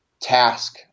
task